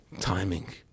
timing